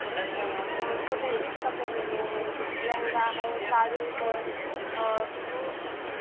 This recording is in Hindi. अच्छा तो हमको लेडीज कपड़े लेने हैं लहंगा है साड़ी है और सूट है